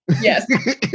Yes